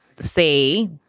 say